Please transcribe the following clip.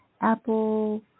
Apple